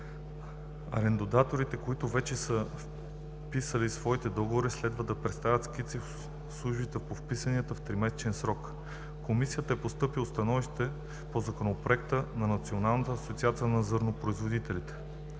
Арендаторите, които вече са вписали своите договори, следва да представят скиците в службите по вписвания в тримесечен срок. В Комисията е постъпило становище по Законопроекта на Националната асоциация на зърнопроизводителите.